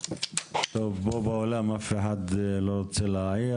טוב, פה באולם אף אחד לא רוצה להעיר.